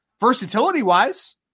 versatility-wise